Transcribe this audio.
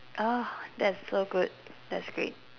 oh that's so good that's great